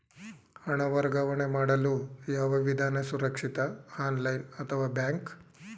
ಹಣ ವರ್ಗಾವಣೆ ಮಾಡಲು ಯಾವ ವಿಧಾನ ಸುರಕ್ಷಿತ ಆನ್ಲೈನ್ ಅಥವಾ ಬ್ಯಾಂಕ್?